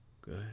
good